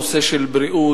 נושא של בריאות,